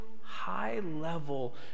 high-level